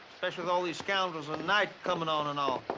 specially with all these scoundrels and night coming on and all.